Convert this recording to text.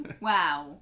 wow